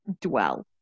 dwell